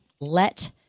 let